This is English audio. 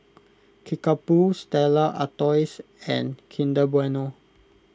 Kickapoo Stella Artois and Kinder Bueno